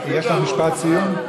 יש לך משפט סיום?